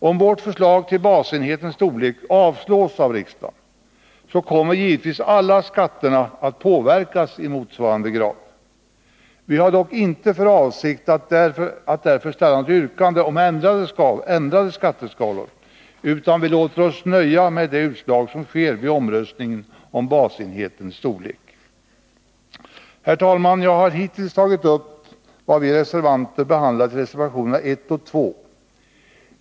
Om vårt förslag till basenhetens storlek avslås av riksdagen så kommer givetvis alla skatterna att påverkas i motsvarande grad. Vi har dock inte för avsikt att därför ställa något yrkande om ändrade skatteskalor, utan vi låter oss nöja med det utslag som sker vid omröstningen om basenhetens storlek. Herr talman! Jag har hittills tagit upp vad vi reservanter behandlat i reservationerna 1 och 2.